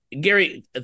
Gary